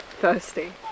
thirsty